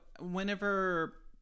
whenever